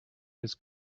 his